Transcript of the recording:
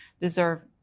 deserve